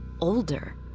older